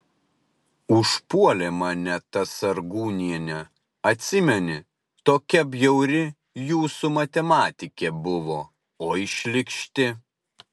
užpuolė mane ta sargūnienė atsimeni tokia bjauri jūsų matematikė buvo oi šlykšti